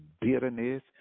bitterness